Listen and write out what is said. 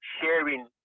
sharing